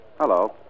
Hello